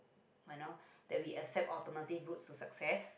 but know that we accept alternative route to success